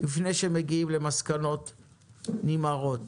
לפני שמגיעים למסקנות נמהרות.